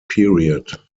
period